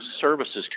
services